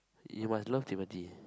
you must love timothy